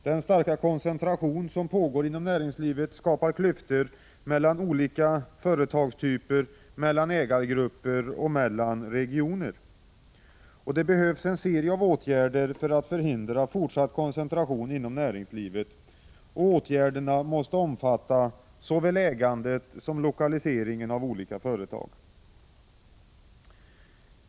Den starka koncentration som pågår inom näringslivet skapar klyftor mellan olika företagstyper, mellan ägargrupper och mellan regioner. Det behövs en serie av åtgärder för att förhindra forsatt koncentration inom näringslivet. Åtgärderna måste omfatta såväl ägandet som lokaliseringen av olika företag.